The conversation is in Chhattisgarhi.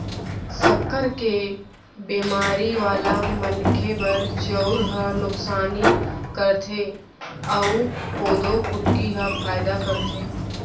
सक्कर के बेमारी वाला मनखे बर चउर ह नुकसानी करथे अउ कोदो कुटकी ह फायदा करथे